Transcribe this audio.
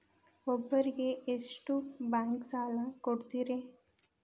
ಒಬ್ಬರಿಗೆ ಎಷ್ಟು ಬ್ಯಾಂಕ್ ಸಾಲ ಕೊಡ್ತಾರೆ?